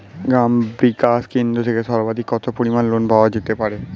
গ্রাম বিকাশ কেন্দ্র থেকে সর্বাধিক কত পরিমান লোন পাওয়া যেতে পারে?